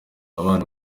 abana